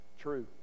true